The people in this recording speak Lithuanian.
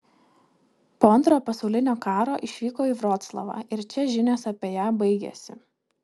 po antrojo pasaulinio karo išvyko į vroclavą ir čia žinios apie ją baigiasi